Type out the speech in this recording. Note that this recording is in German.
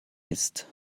ist